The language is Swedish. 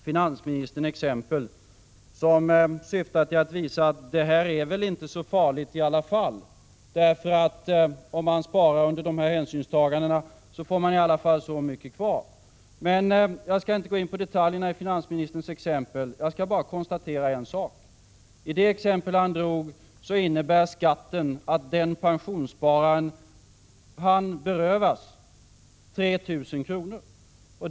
Finansministern anför exempel som syftar till att visa att detta inte är så farligt — om man sparar under dessa hänsynstaganden blir det i alla fall så mycket kvar. Jag skall inte gå in på detaljerna i finansministerns exempel utan bara konstatera en sak. I det exempel han anförde innebär skatten att pensionsspararen berövas 3 000 kr.